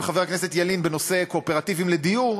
עם חבר הכנסת ילין בנושא קואופרטיבים לדיור,